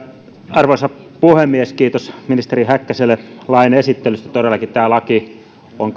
arvoisa puhemies kiitos ministeri häkkäselle lain esittelystä todellakin tämä laki on